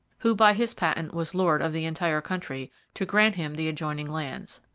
who by his patent was lord of the entire country, to grant him the adjoining lands.